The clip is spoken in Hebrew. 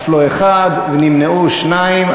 אף לא אחד ונמנעו שניים.